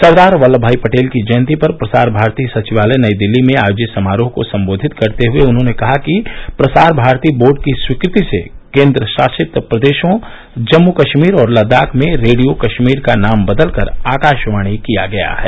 सरदार वल्लभ भाई पटेल की जयंती पर प्रसार भारती सचिवालय नई दिल्ली में आयोजित समारोह को संबोधित करते हुए उन्होंने कहा कि प्रसार भारती बोर्ड की स्वीकृति से केन्द्रशासित प्रदेशों जम्मू कश्मीर और लद्दाख में रेडियो कश्मीर का नाम बदलकर आकाशवाणी किया गया है